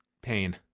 pain